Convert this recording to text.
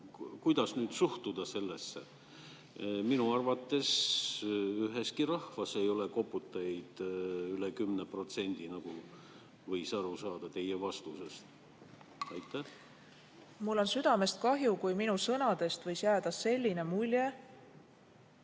Kuidas nüüd sellesse suhtuda? Minu arvates ühegi rahva seas ei ole koputajaid üle 10%, nagu võis aru saada teie vastusest. Mul on südamest kahju, kui minu sõnadest võis jääda selline mulje,